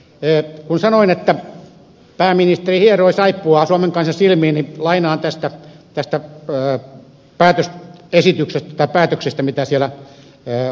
kun sanoin että pääministeri hieroi saippuaa suomen kansan silmiin niin lainaan tästä päätöksestä mikä siellä huippukokouksessa tehtiin